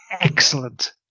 Excellent